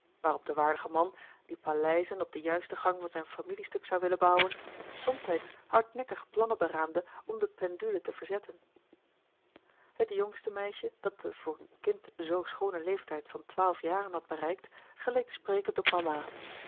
waarop de waardige man die paleizen op den juisten gang van zijn familiestuk zou willen bouwen somtijds hardnekkig plannen beraamde om de pendule te verzetten george een ongeluksvogel het jongste meisje dat den voor een kind zoo schoonen leeftijd van twaalf jaren had bereikt geleek sprekend op mama